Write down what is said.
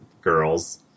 girls